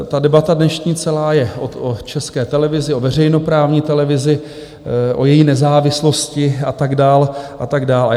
Ta debata dnešní celá je o České televizi, o veřejnoprávní televizi, o její nezávislosti a tak dál, a tak dál.